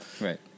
Right